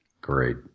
Great